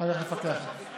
אחר כך לפקח על זה.